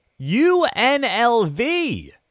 UNLV